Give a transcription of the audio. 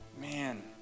man